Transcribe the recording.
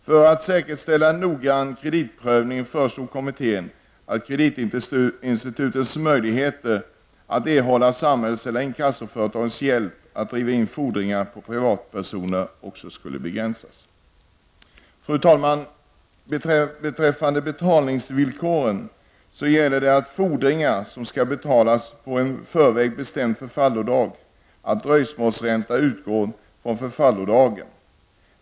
För att säkerställa en noggrann kreditprövning föreslog kommittén att kreditinstitutets möjligheter att erhålla samhällets eller inkassoföretagens hjälp att driva in fordringar från privatpersoner också skulle begränsas. Fru talman! Beträffande betalningsvillkoren gäller för fordringar som skall betalas på en i förväg bestämd förfallodag att dröjsmålsränta utgår från förfallodagen.